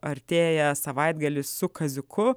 artėja savaitgalis su kaziuku